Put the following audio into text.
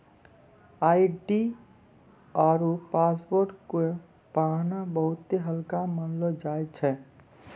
ID आरु password के पाना बहुते हल्का मानलौ जाय छै